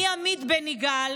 אני עמית בן יגאל,